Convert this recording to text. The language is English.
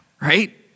Right